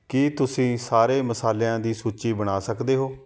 ਕੀ ਤੁਸੀਂ ਸਾਰੇ ਮਸਾਲਿਆਂ ਦੀ ਸੂਚੀ ਬਣਾ ਸਕਦੇ ਹੋ